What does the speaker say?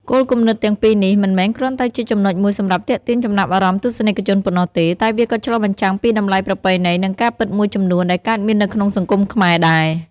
គោលគំនិតទាំងពីរនេះ មិនមែនគ្រាន់តែជាចំណុចមួយសម្រាប់ទាក់ទាញចំណាប់អារម្មណ៍ទស្សនិកជនប៉ុណ្ណោះទេ តែវាក៏ឆ្លុះបញ្ចាំងពីតម្លៃប្រពៃណី និងការពិតមួយចំនួនដែលកើតមាននៅក្នុងសង្គមខ្មែរដែរ។